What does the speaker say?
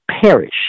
perish